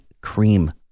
cream